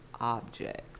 object